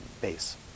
base